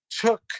took